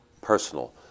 personal